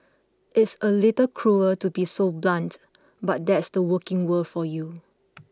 it's a little cruel to be so blunt but that's the working world for you